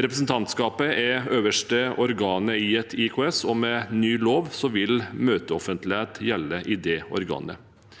Representantskapet er det øverste organet i et IKS, og med ny lov vil møteoffentlighet gjelde i det organet.